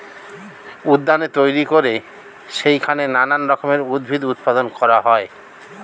উদ্যানে তৈরি করে সেইখানে নানান রকমের উদ্ভিদ উৎপাদন করা হয়